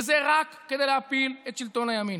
וזה רק כדי להפיל את שלטון הימין,